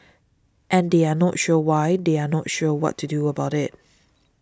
and they are not sure why they are not sure what to do about it